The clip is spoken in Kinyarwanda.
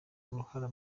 uruhara